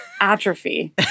atrophy